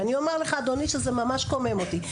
ואני אומר לך אדוני שזה ממש קומם אותי,